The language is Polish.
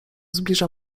zbliża